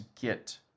get